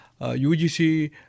UGC